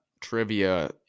trivia